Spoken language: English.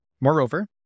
Moreover